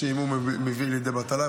השעמום מביא לידי בטלה,